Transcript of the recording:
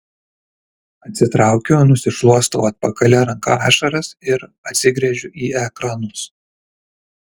atsitraukiu nusišluostau atpakalia ranka ašaras ir atsigręžiu į ekranus